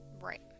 Right